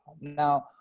now